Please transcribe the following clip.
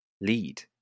lead